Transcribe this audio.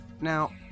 now